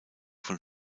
von